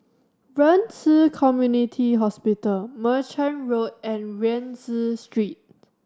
Ren Ci Community Hospital Merchant Road and Rienzi Street